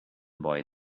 boy